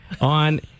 on